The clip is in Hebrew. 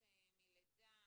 הזה.